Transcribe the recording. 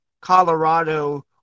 Colorado